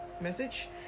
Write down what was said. message